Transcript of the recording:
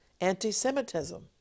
anti-Semitism